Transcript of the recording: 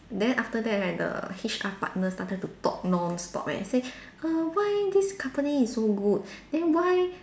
then after that right the H_R partner started to talk non stop eh say err why this company is so good then why